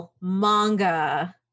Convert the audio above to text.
manga